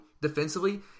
defensively